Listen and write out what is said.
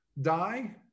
die